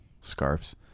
scarves